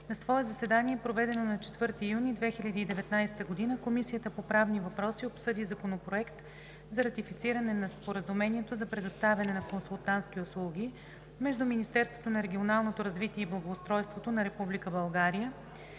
На свое заседание, проведено на 4 юни 2019 г., Комисията по правни въпроси обсъди Законопроект за ратифициране на Споразумението за предоставяне на консултантски услуги между Министерството на регионалното развитие и благоустройството на